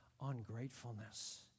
ungratefulness